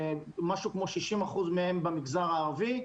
משהו כמו 60% מהם במגזר הערבי,